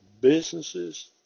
businesses